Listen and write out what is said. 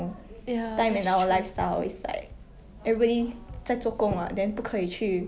but one of the most ironic thing is that right 那种很瘦的人他们要 gain weight 那种比较 like